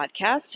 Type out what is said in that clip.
podcast